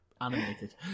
animated